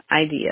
idea